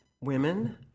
women